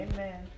Amen